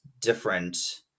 different